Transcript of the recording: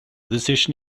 decision